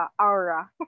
aura